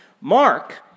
Mark